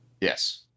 Yes